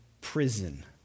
prison